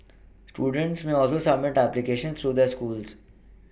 students may also submit applications through their schools